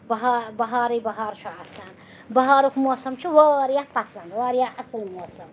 بہا بہارٕے بہار چھُ آسان بَہارُک موسم چھُ واریاہ پَسنٛد واریاہ اَصٕل موسم